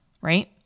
right